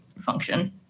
function